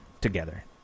together